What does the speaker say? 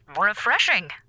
refreshing